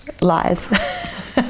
lies